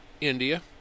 India